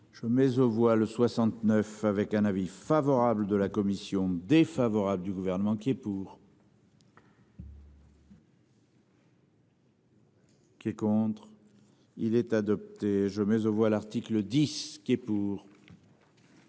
Je mais aux voix le 69 avec un avis favorable de la commission défavorable du gouvernement qui est pour. Qui est contre. Il est adopté. Je mets aux voix l'article 10 qui est pour.